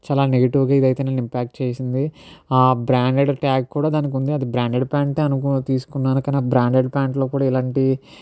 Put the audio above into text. చాలా నెగిటివ్ గా ఇదైతే నన్ను ఇంపాక్ట్ చేసింది ఆ బ్రాండెడ్ ట్యాగ్ కూడా దానికి ఉంది అది బ్రాండెడ్ ప్యాంట్ ఏ అను తీసుకున్నాను కానీ ఆ బ్రాండెడ్ ప్యాంట్ లో కూడా ఇలాంటి